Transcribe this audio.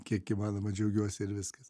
kiek įmanoma džiaugiuosi ir viskas